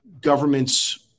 governments